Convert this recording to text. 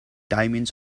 diamonds